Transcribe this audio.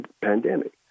pandemic